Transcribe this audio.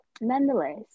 nonetheless